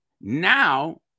Now